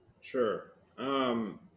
Sure